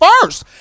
first